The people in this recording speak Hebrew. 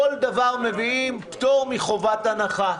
כל דבר מביאים פטור מחובת הנחה.